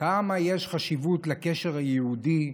כמה יש חשיבות לקשר היהודי,